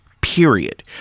period